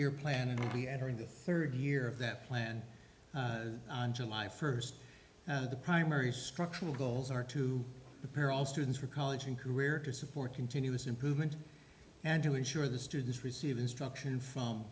year plan and i'll be entering the third year of that plan on july first the primary structural goals are to appear all students for college and career to support continuous improvement and to ensure that students receive instruction from